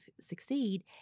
succeed